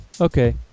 Okay